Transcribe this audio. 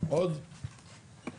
עוד או סיימת?